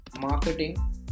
marketing